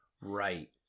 Right